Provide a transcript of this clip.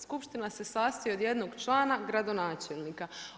Skupština se sastoji od jednog člana gradonačelnika.